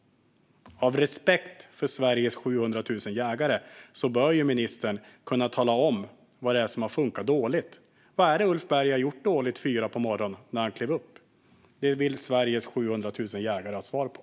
Av respekt för Sveriges 700 000 jägare bör ministern kunna tala om vad det är som har funkat dåligt. Vad är det Ulf Berg har gjort dåligt när han klev upp klockan fyra på morgonen? Det vill Sveriges 700 000 jägare ha svar på.